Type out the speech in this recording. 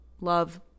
love